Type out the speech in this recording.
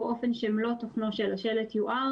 באופן שמלוא תוכנו של השלט יואר,